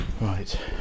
Right